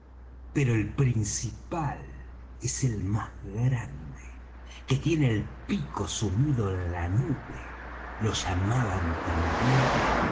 pero el principal es el más grande que tiene el pico sumido en la nube lo llamaban también